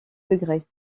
degré